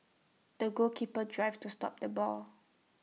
the goalkeeper drive to stop the ball